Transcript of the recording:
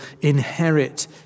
inherit